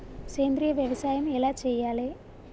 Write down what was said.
సేంద్రీయ వ్యవసాయం ఎలా చెయ్యాలే?